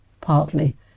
Partly